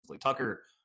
Tucker